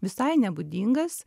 visai nebūdingas